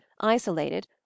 isolated